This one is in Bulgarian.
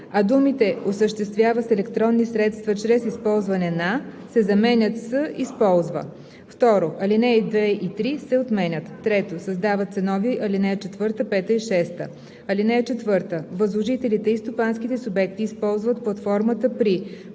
а думите „осъществява с електронни средства чрез използване на“ се заменят с „използва“. 2. Алинеи 2 и 3 се отменят. 3. Създават се нови ал. 4, 5 и 6: „(4) Възложителите и стопанските субекти използват платформата при: